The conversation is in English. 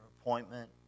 appointment